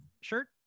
shirt